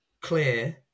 clear